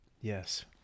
Yes